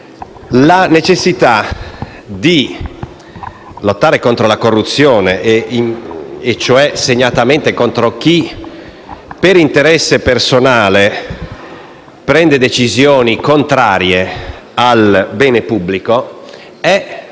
la necessità di lottare contro la corruzione e, segnatamente, contro chi per interesse personale prende decisioni contrarie al bene pubblico è